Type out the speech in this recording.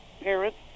parents